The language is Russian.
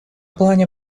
плане